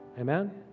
Amen